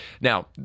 Now